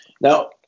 Now